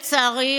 לצערי,